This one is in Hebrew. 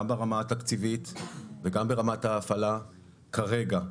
גם ברמה התקציבית וגם ברמת ההפעלה כרגע,